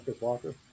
Walker